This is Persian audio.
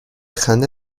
خنده